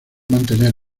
mantener